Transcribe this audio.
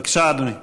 בבקשה, אדוני.